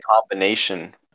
combination